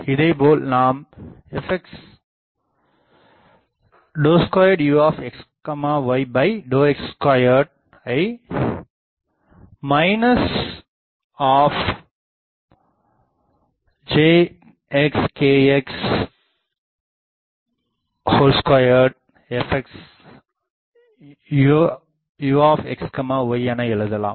இதேபோல் நாம் Fx d2uxydx2ஐ jxkx 2 Fx u என எழுதலாம்